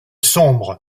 sombre